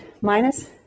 minus